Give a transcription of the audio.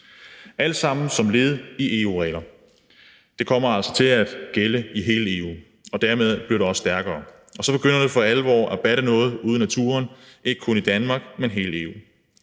alt sammen som et led i EU-reglerne. Det kommer altså til at gælde i EU, og dermed får det også større styrke, og så begynder det for alvor at batte noget ude i naturen, ikke kun i Danmark, men i hele EU.